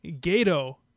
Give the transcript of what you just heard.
gato